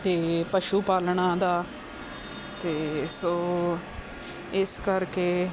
ਅਤੇ ਪਸ਼ੂ ਪਾਲਣ ਦਾ ਅਤੇ ਸੋ ਇਸ ਕਰਕੇ